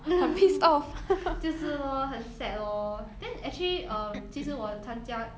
就是 lor 很 sad lor then actually um 其实我参加